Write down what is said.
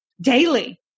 daily